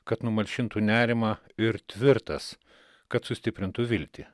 kad numalšintų nerimą ir tvirtas kad sustiprintų viltį